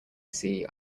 see